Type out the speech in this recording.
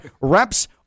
reps